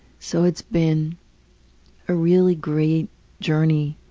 so it's been a really great journey.